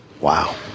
Wow